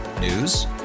News